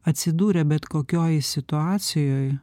atsidūrę bet kokioj situacijoj